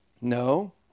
No